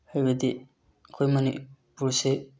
ꯍꯥꯏꯕꯗꯤ ꯑꯩꯈꯣꯏ ꯃꯅꯤꯄꯨꯔꯁꯦ